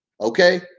Okay